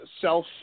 self